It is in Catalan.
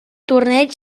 torneig